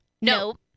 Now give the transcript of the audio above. Nope